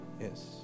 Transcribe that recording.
Yes